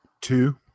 two